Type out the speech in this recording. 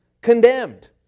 condemned